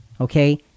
okay